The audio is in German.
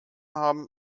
haben